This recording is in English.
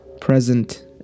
present